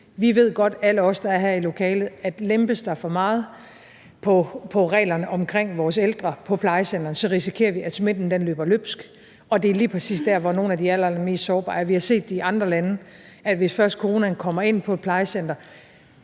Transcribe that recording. ved godt, at lempes der for meget på reglerne omkring vores ældre på plejecentrene, risikerer vi, at smitten løber løbsk, og det er lige præcis der, hvor nogle af de allerallermest sårbare er. Vi har set det i andre lande, at hvis først coronaen kommer ind på et plejecenter